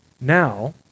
Now